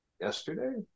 yesterday